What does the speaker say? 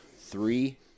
three